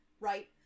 right